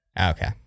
Okay